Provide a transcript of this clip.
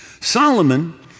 Solomon